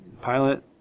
pilot